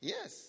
Yes